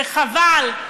וחבל.